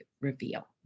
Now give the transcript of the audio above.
reveal